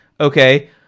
Okay